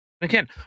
Again